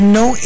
no